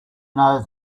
know